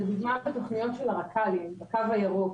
לדוגמה בתוכניות של הרק"לים בקו הירוק,